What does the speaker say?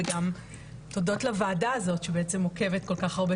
וגם תודות לוועדה הזאת שבעצם עוקבת כל כך הרבה